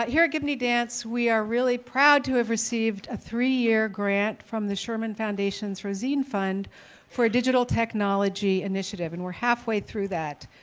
here at gibney dance we are really proud to have received a three-year grant from the sherman foundation's rosin fund for digital technology initiative, and we're halfway through that.